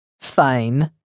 fine